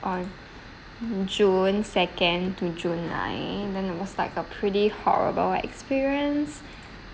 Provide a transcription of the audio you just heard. on june second to june night then was like a pretty horrible experience